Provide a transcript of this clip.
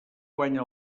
guanya